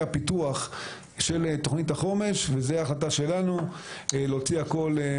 הפיתוח של תוכנית החומש וזו החלטה שלנו להוציא הכול.